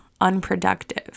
unproductive